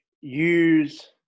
use